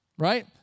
Right